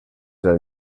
del